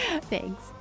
thanks